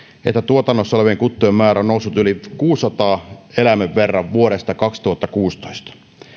että tuotannossa olevien kuttujen määrä on noussut yli kuudensadan eläimen verran vuodesta kaksituhattakuusitoista